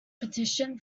petition